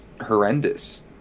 horrendous